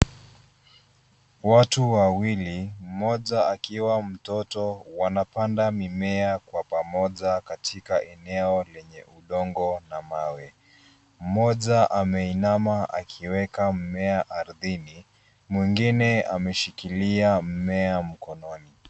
Watu wawili, mmoja akiwa mtoto wanapanda mimea kwa pamoja katika eneo lenye udongo na mawe. Mmoja ameinama akiweka mmea ardhini, mwingine ameshikilia mmea mkononi.